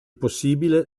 possibile